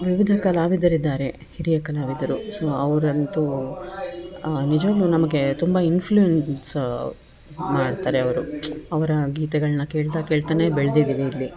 ವಿವಿಧ ಕಲಾವಿದರಿದ್ದಾರೆ ಹಿರಿಯ ಕಲಾವಿದರು ಸೊ ಅವರಂತೂ ನಿಜವಾಗ್ಲೂ ನಮಗೆ ತುಂಬ ಇನ್ಫ್ಲುಯೆನ್ಸ್ ಮಾಡ್ತಾರೆ ಅವರು ಅವರ ಗೀತೆಗಳನ್ನ ಕೇಳ್ತಾ ಕೇಳ್ತಾನೇ ಬೆಳ್ದಿದ್ದೀವಿ ಇಲ್ಲಿ